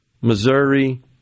Missouri